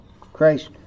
Christ